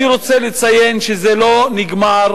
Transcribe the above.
אני רוצה לציין שזה לא נגמר,